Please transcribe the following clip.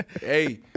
Hey